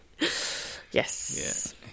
yes